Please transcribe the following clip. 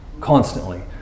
constantly